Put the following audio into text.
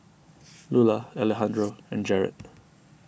Lular Alejandro and Jarrett